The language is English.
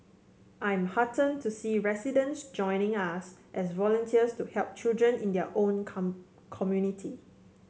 I am heartened to see residents joining us as volunteers to help children in their own come community